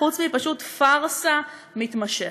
חוץ מפשוט פארסה מתמשכת.